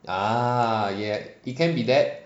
ah ya it can be that